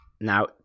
now